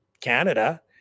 Canada